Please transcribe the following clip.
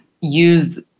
use